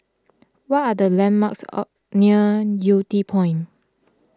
what are the landmarks near Yew Tee Point